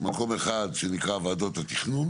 מקום אחד שנקרא ועדות התכנון